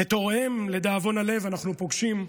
את הוריהם, לדאבון הלב, אנחנו פוגשים בלוויות.